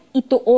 ito